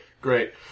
Great